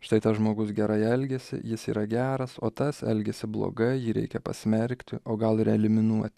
štai tas žmogus gerai elgiasi jis yra geras o tas elgiasi blogai jį reikia pasmerkti o gal ir eliminuot